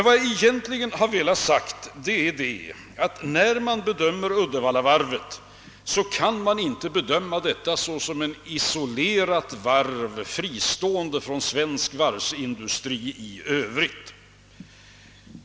Vad jag egentligen har velat framhålla är, att man inte kan bedöma Uddevallavarvet såsom ett isolerat varv, fristående från svensk varvsindustri i övrigt.